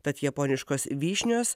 tad japoniškos vyšnios